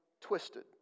twisted